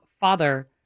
father